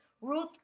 Ruth